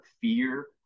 fear